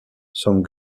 some